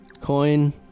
coin